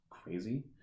crazy